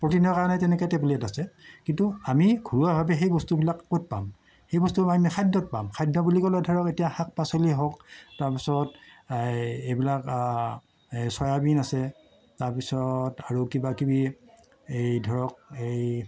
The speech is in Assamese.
প্ৰটিনৰ কাৰণে তেনেকৈ টেবলেট আছে কিন্তু আমি ঘৰুৱাভাৱে সেই বস্তুবিলাক ক'ত পাম সেই বস্তু বাহিনী আমি খাদ্যত পাম খাদ্য বুলি ক'লে ধৰক এতিয়া শাক পাচলিয়ে হওঁক তাৰপাছত এই এইবিলাক এই চয়াবিন আছে তাৰপিছত আৰু কিবাকিবি এই ধৰক এই